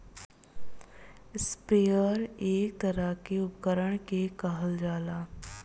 sprayer एक तरह के उपकरण के कहल जाला